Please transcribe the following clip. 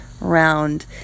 round